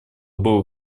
было